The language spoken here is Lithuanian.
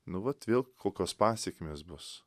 nu vat vėl kokios pasekmės bus